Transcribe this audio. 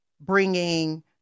bringing